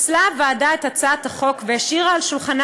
פיצלה הוועדה את הצעת החוק והשאירה על שולחנה